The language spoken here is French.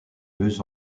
deux